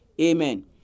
Amen